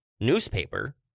newspaper